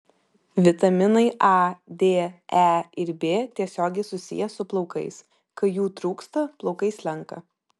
vitaminai a d e ir b tiesiogiai susiję su plaukais kai jų trūksta plaukai slenka